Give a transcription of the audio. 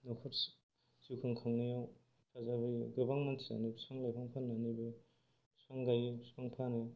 न'खर जौखं खुंनायाव एबा गोबां मानसियानो बिफां लाइफां फाननानैबो बिफां गायो बिफां फानो